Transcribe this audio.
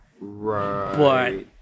Right